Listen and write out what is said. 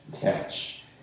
catch